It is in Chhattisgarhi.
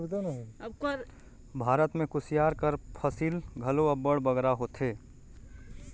भारत में कुसियार कर फसिल घलो अब्बड़ बगरा होथे